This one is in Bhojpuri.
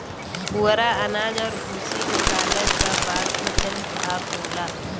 पुवरा अनाज और भूसी निकालय क बाद बचल भाग होला